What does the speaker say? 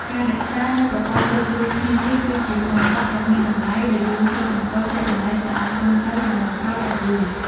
ការរក្សានូវប្រព័ន្ធយោគយល់គ្នានេះ គឺជាមរតកដ៏មានតម្លៃដែលយើងត្រូវបន្តចែករំលែកទៅឱ្យកូនចៅជំនាន់ក្រោយដឹងឮ។